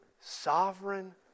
sovereign